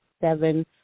seven